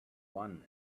one